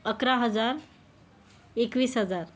अकरा हजार एकवीस हजार